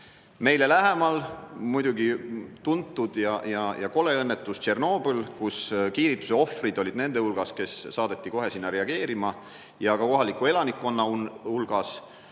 Meile lähemal oli muidugi tuntud ja kole õnnetus Tšornobõlis, kus kiirituse ohvrid olid nende hulgas, kes saadeti sinna kohe reageerima, ja ka kohaliku elanikkonna hulgas.